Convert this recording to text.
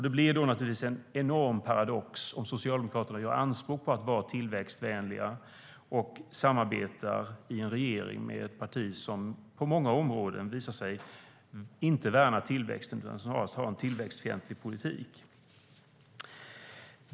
Det blir då naturligtvis en enorm paradox om Socialdemokraterna gör anspråk på att vara tillväxtvänliga men samarbetar i en regering med ett parti som på många områden visar sig inte värna tillväxten utan snarare har en tillväxtfientlig politik.